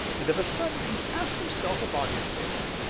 and, of a sudden, he cast himself upon his face,